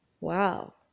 Wow